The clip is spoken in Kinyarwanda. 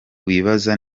wibaza